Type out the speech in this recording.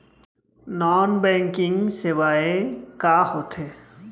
Non banking सेवाएं का होथे?